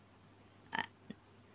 uh